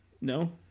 No